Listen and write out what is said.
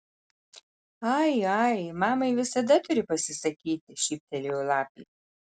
ai ai mamai visada turi pasisakyti šyptelėjo lapė